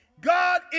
God